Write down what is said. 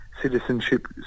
citizenship